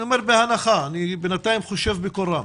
ואני אומר בהנחה, אני בינתיים חושב בקול רם